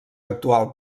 actual